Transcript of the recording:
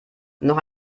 noch